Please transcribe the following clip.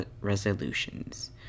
Resolutions